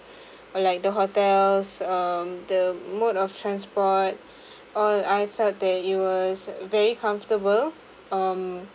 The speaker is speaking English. or like the hotels um the mode of transport all I felt that it was very comfortable um